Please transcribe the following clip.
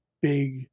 big